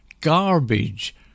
Garbage